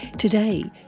today,